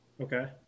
Okay